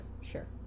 Sure